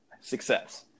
success